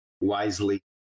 wisely